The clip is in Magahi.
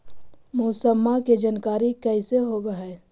मौसमा के जानकारी कैसे होब है?